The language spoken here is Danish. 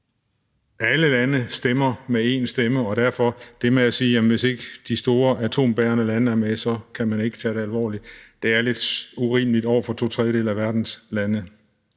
alle lande stemmer med én stemme, og derfor er det med at sige, at man, hvis ikke de store atombærende er lande er med, så ikke kan ikke tage det alvorligt, lidt urimeligt over for to tredjedele af verdens lande.